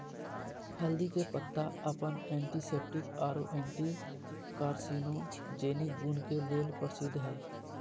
हल्दी के पत्ता अपन एंटीसेप्टिक आरो एंटी कार्सिनोजेनिक गुण के लेल प्रसिद्ध हई